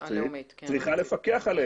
צריכה לפקח עליהם.